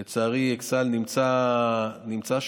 לצערי, אכסאל נמצא שם.